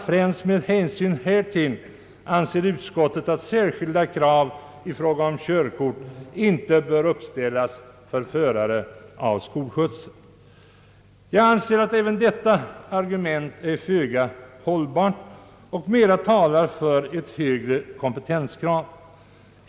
Främst med hänsyn härtill anser utskottet ——— att särskilda krav i fråga om körkort inte bör uppställas för förare av skolskjutsar.» Jag anser att även detta argument är föga hållbart och att mera talar för ett högre kompetenskrav.